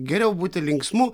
geriau būti linksmu